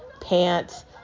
pants